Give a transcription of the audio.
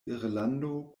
irlando